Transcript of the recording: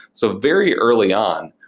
so very early on,